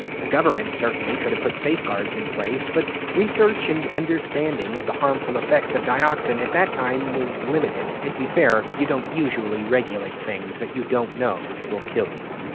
the government certainly could have put safe guards in place, but research and understanding of the harmful effects of dioxin at that time was limited, and to be fair, you don't usually regulate things that you don't know will kill you.